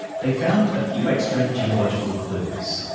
they found a few extra geological clues,